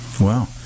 Wow